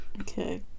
Okay